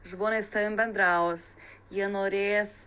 žmonės su tavim bendraus jie norės